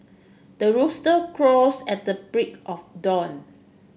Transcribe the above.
the rooster crows at the break of dawn